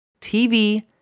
TV